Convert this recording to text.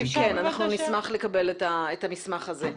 נשמח לקבל את המסמך הזה.